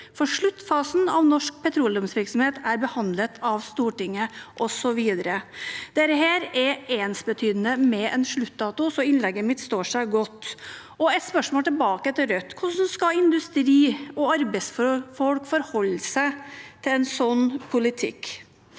sluttfasen av norsk petroleumsvirksomhet er behandlet av Stortinget.» Dette er ensbetydende med en sluttdato, så innlegget mitt står seg godt. Et spørsmål tilbake til Rødt: Hvordan skal industri og arbeidsfolk forholde seg til en slik politikk?